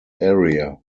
area